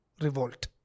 revolt